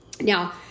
Now